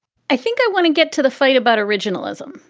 i think i want to get to the fight about originalism,